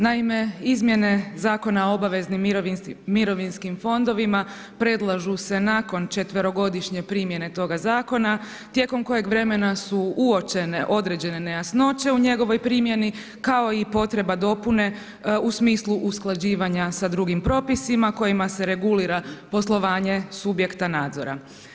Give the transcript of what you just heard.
Naime, izmjene Zakona o obaveznim mirovinskim fondovima predlažu se nakon četverogodišnje primjene toga zakona, tijekom kojeg vremena su uočene određene nejasnoće u njegovoj primjeni kao i potreba dopune i smislu usklađivanja sa drugim propisima kojima se regulira poslovanje subjekta nadzora.